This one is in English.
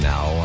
Now